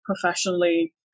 professionally